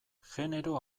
genero